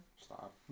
Stop